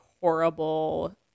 horrible